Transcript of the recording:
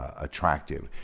attractive